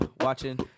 watching